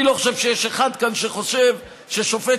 אני לא חושב שיש אחד כאן שחושב ששופט